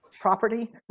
property